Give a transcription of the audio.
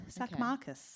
Sackmarcus